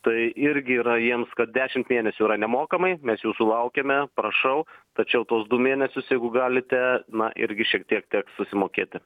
tai irgi yra jiems kad dešimt mėnesių yra nemokamai mes jūsų laukiame prašau tačiau tuos du mėnesius jeigu galite na irgi šiek tiek teks susimokėti